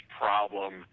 problem